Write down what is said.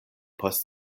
post